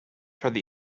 toward